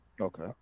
okay